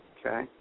Okay